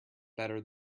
better